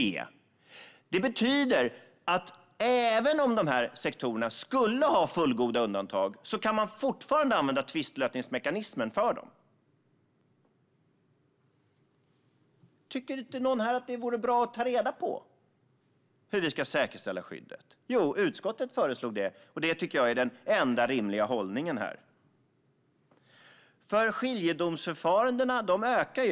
Det betyder att även om de här sektorerna skulle ha fullgoda undantag kan man fortfarande använda tvistlösningsmekanismen för dem. Tycker ingen här att det vore bra att ta reda på hur vi ska säkerställa skyddet? Jo, utskottet föreslog det, och det tycker jag är den enda rimliga hållningen här. Antalet skiljedomsförfaranden ökar.